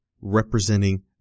representing